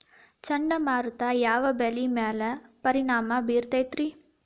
ಚಂಡಮಾರುತ ಯಾವ್ ಬೆಳಿ ಮ್ಯಾಲ್ ಪರಿಣಾಮ ಬಿರತೇತಿ?